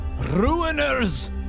ruiners